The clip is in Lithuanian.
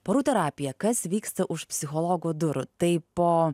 porų terapija kas vyksta už psichologo durų tai po